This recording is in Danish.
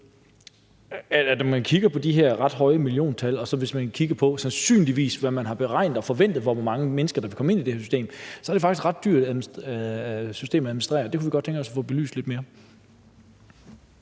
For når man kigger på de her ret høje milliontal og man kigger på, hvad der sandsynligvis er beregnet, og forventningen til, hvor mange mennesker der vil komme ind i det her system, så er det faktisk et ret dyrt system at administrere, og det kunne vi godt tænke os at få belyst lidt mere.